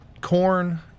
corn